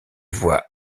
voient